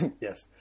Yes